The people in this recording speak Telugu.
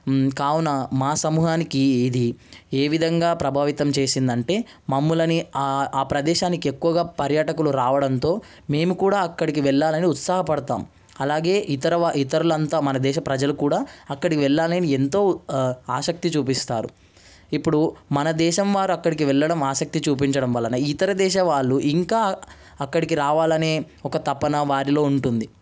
కావున మా సమూహానికి ఇది ఏ విధంగా ప్రభావితం చేసింది అంటే మమ్ములను ఆ ప్రదేశానికి ఎక్కువగా పర్యటకులు రావడంతో మేము కూడా అక్కడికి వెళ్ళాలని ఉత్సాహపడతాం అలాగే ఇతర ఇతరులంతా మన దేశ ప్రజలు కూడా అక్కడికి వెళ్ళాలని ఎంతో ఆసక్తి చూపిస్తారు ఇప్పుడు మన దేశం వారు అక్కడికి వెళ్ళడం ఆసక్తి చూపించడం వలన ఇతర దేశం వాళ్ళు ఇంకా అక్కడికి రావాలని ఒక తపన వారిలో ఉంటుంది